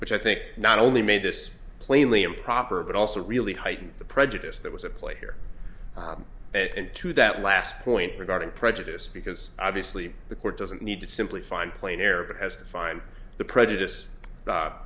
which i think not only made this plainly improper but also really heighten the prejudice that was a play here and to that last point regarding prejudice because obviously the court doesn't need to simply find plain error but has to find the prejudice